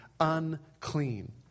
unclean